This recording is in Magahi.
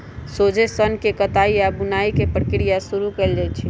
सोझे सन्न के कताई आऽ बुनाई के प्रक्रिया शुरू कएल जाइ छइ